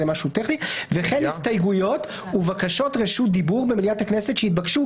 זה משהו טכני וכן הסתייגויות ובקשות רשות דיבור במליאת הכנסת שהתבקשו